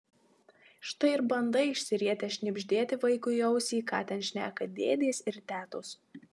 štai ir bandai išsirietęs šnibždėti vaikui į ausį ką ten šneka dėdės ir tetos